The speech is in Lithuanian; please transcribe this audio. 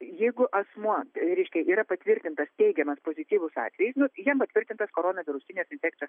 jeigu asmuo reiškia yra patvirtintas teigiamas pozityvus atvejis jam patvirtintas koronavirusinės infekcijos